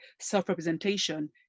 self-representation